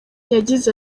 yagize